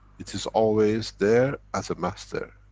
it is always there as a master.